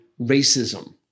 racism